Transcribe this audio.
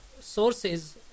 sources